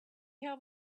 have